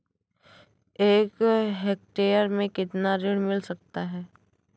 एक हेक्टेयर में कितना ऋण मिल सकता है?